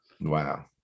Wow